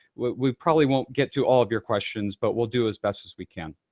we probably won't get to all of your questions, but we'll do as best as we can.